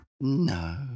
No